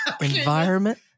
environment